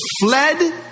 fled